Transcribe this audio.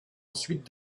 ensuite